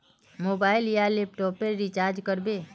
Mobile या laptop पेर recharge कर बो?